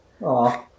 Aw